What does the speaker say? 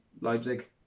Leipzig